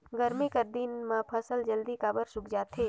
गरमी कर दिन म फसल जल्दी काबर सूख जाथे?